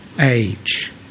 age